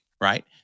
right